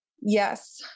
yes